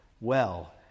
well